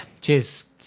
cheers